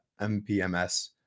MPMS